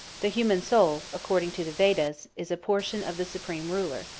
the human soul, according to the vedas, is a portion of the supreme ruler,